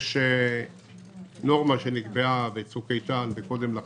יש נורמה שנקבעה בצוק איתן וקודם לכן,